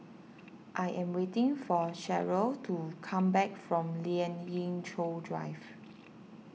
I am waiting for Cherelle to come back from Lien Ying Chow Drive